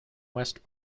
west